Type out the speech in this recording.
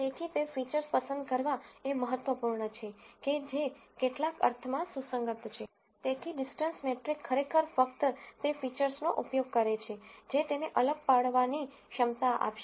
તેથી તે ફીચર્સ પસંદ કરવા એ મહત્વપૂર્ણ છે કે જે કેટલાક અર્થમાં સુસંગત છે તેથી ડીસટન્સ મેટ્રિક ખરેખર ફક્ત તે ફીચર્સ નો ઉપયોગ કરે છે જે તેને અલગ પાડવાની ક્ષમતા આપશે